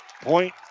Point